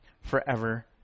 forever